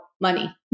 money